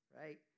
Right